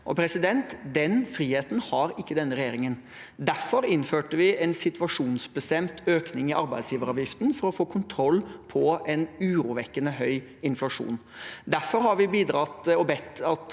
Den friheten har ikke denne regjeringen. Derfor innførte vi en situasjonsbestemt økning i arbeidsgiveravgiften for å få kontroll på en urovekkende høy inflasjon. Derfor har vi bedt om at